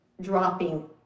dropping